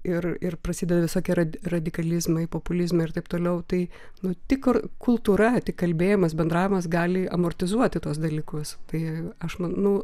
ir ir prasideda visokie radikalizmai populizmai ir taip toliau tai nu tik kultūra tik kalbėjimas bendravimas gali amortizuoti tuos dalykus tai aš manau